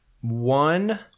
One